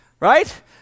Right